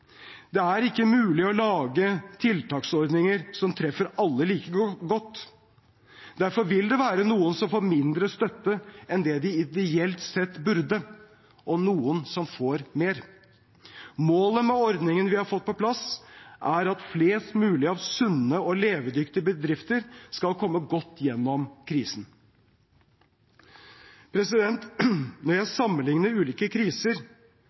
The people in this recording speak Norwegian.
Det er ikke mulig å lage tiltaksordninger som treffer alle like godt. Derfor vil det være noen som får mindre støtte enn det de ideelt sett burde, og noen som får mer. Målet med ordningene vi har fått på plass, er at flest mulig av sunne og levedyktige bedrifter skal komme godt gjennom krisen. Når jeg sammenligner ulike kriser,